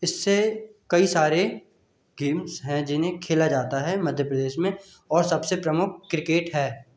इससे कई सारे गेम्स हैं जिन्हें खेला जाता है मध्य प्रदेश में और सबसे प्रमुख क्रिकेट है